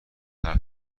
حرف